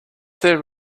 there